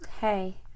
hey